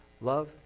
Love